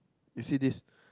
you see this